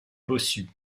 bossu